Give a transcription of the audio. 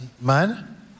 man